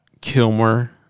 Kilmer